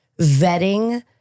vetting